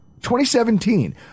2017